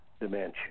dimension